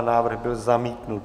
Návrh byl zamítnut.